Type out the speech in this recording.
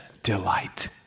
delight